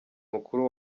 mukuru